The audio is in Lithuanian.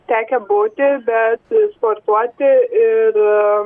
tekę būti bet sportuoti ir